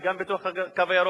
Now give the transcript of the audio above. גם בתוך "הקו הירוק",